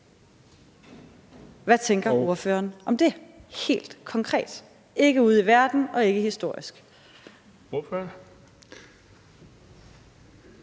Hvad tænker ordføreren om det helt konkret – og ikke det ude i verden og ikke historisk?